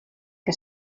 que